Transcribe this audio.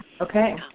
Okay